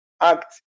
act